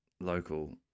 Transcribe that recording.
local